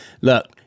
look